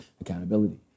accountability